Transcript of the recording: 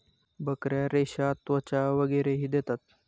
बकऱ्या रेशा, त्वचा वगैरेही देतात